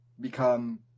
become